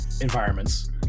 environments